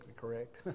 correct